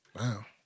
Wow